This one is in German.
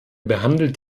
behandelt